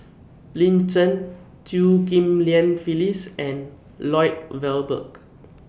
Lin Chen Chew Ghim Lian Phyllis and Lloyd Valberg